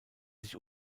sich